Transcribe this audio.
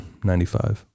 95